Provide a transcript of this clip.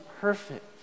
perfect